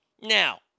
Now